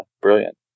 brilliant